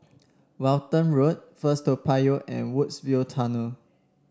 Walton Road First Toa Payoh and Woodsville Tunnel